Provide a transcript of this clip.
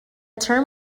term